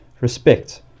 respect